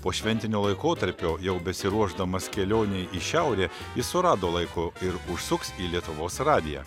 po šventinio laikotarpio jau besiruošdamas kelionei į šiaurę jis surado laiko ir užsuks į lietuvos radiją